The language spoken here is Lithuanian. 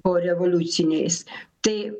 porevoliuciniais tai